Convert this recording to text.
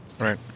Right